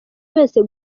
wese